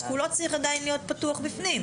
כולו צריך עדיין להיות פתוח בפנים.